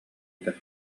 этэ